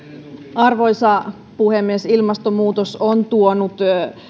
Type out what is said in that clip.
arvoisa puhemies ilmastonmuutos on tuonut